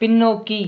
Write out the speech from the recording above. பின்னோக்கி